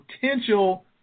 potential